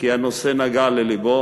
כי הנושא נגע ללבו